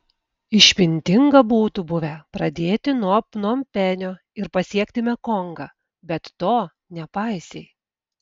išmintinga būtų buvę pradėti nuo pnompenio ir pasiekti mekongą bet to nepaisei